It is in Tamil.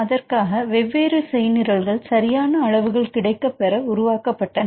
அதற்காக வெவ்வேறு செய்நிரல்கள் சரியான அளவுகள் கிடைக்கப்பெற உருவாக்கப்பட்டன